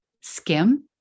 skim